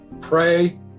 Pray